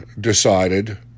decided